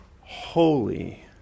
Holy